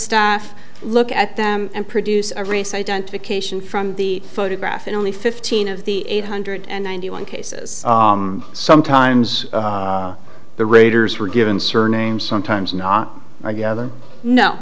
staff look at them and produce aris identification from the photograph in only fifteen of the eight hundred and ninety one cases sometimes the raiders were given surname sometimes not i gather no